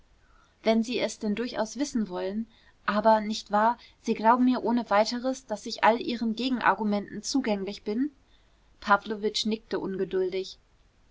wenn sie es denn durchaus wissen wollen aber nicht wahr sie glauben mir ohne weiteres daß ich all ihren gegenargumenten zugänglich bin pawlowitsch nickte ungeduldig